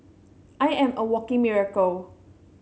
I am a walking miracle